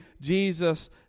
Jesus